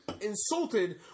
Insulted